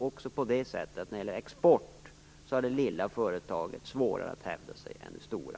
Också när det gäller export har det lilla företaget svårare att hävda sig än det stora.